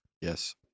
Yes